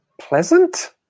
pleasant